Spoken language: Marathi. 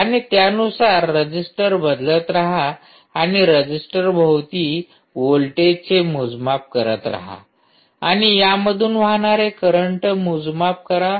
आणि त्यानुसार रजिस्टर बदलत रहा आणि रजिस्टर भोवती व्होल्टेजचे मोजमाप करत रहा आणि यामधून वाहणारे करंट मोजमाप करा